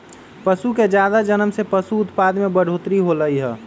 पशु के जादा जनम से पशु उत्पाद में बढ़ोतरी होलई ह